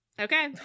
Okay